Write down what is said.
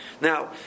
Now